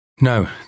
No